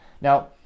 Now